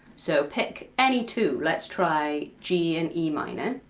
so pick any two, let's try g and e minor,